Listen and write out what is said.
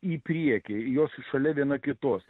į priekį jos šalia viena kitos